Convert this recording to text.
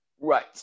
Right